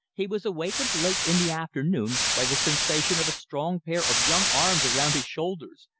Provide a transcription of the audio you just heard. he was awakened late in the afternoon by the sensation of a strong pair of young arms around his shoulders,